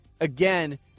again